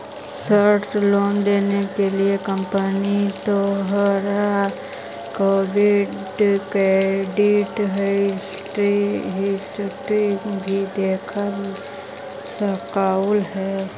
short loan देने के लिए कंपनी तोहार क्रेडिट क्रेडिट हिस्ट्री भी देख सकलउ हे